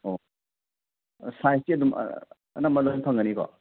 ꯑꯣ ꯁꯥꯏꯖꯇꯤ ꯑꯅꯝꯕ ꯂꯣꯏ ꯐꯪꯒꯅꯤꯀꯣ